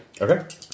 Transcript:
Okay